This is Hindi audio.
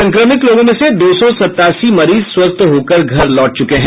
संक्रमित लोगों में से दो सौ सतासी मरीज स्वस्थ होकर घर लौट चुके हैं